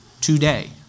today